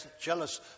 jealous